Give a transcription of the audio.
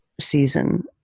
season